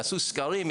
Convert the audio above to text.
יעשו סקרים,